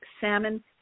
Salmon